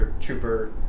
Trooper